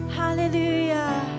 hallelujah